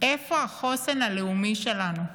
איפה החוסן הלאומי שלנו,